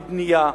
לבנייה,